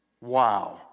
Wow